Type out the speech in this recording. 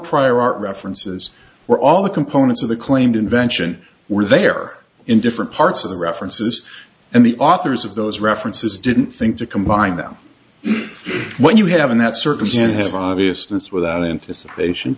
prior art references were all the components of the claimed invention were there in different parts of the references and the authors of those references didn't think to combine them when you have in that circumstance have obviousness without anticipation